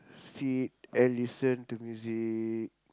sit and listen to music